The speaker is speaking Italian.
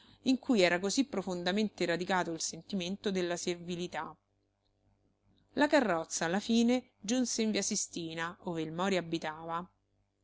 in cui era così profondamente radicato il sentimento della servilità la carrozza alla fine giunse in via sistina ove il mori abitava